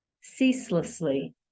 ceaselessly